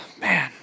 man